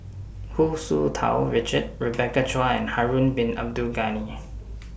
Hu Tsu Tau Richard Rebecca Chua and Harun Bin Abdul Ghani